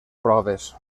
proves